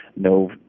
no